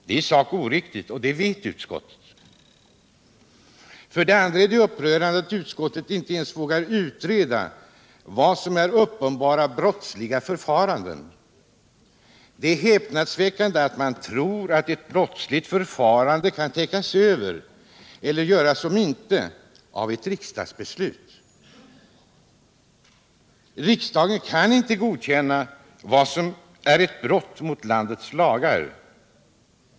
Det är i sak oriktigt, och det vet utskottet. För det andra är det upprörande därför att utskottet inte ens vågar utreda vad som är uppenbart brottsliga förfaranden. Det är häpnadsväckande att man tror att ett brottsligt förfarande kan täckas över eller göras om intet av ett riksdagsbeslut. Riksdagen kan inte godkänna vad som är ett brott mot landets lagar.